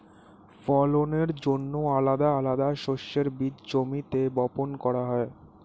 ফলনের জন্যে আলাদা আলাদা শস্যের বীজ জমিতে বপন করা হয়